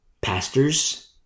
Pastors